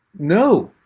no.